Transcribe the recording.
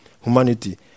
humanity